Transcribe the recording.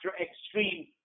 extreme